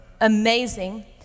amazing